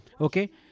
Okay